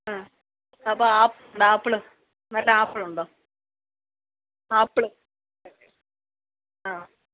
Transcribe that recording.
ആ അപ്പ ആപ്പ്ള് നല്ല ആപ്പിള് ഉണ്ടോ ആപ്പ്ള് ആ